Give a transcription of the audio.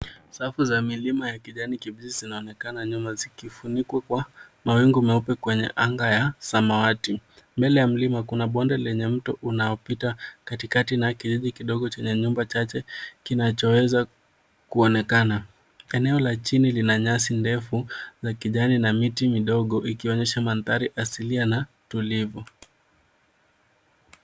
Safu za milima ya kijani kibichi zinaonekana nyuma zikifunikwa kwa, mawingu meupe kwenye anga ya samawati. Mbele ya mlima kuna bonde lenye mto unaopita katikati na kijiji kidogo chenye nyumba chache, kinachoweza kuonekana. Eneo la chini lina nyasi ndefu za kijani, na miti midogo ikionyesha mandhari asilia na tulivu.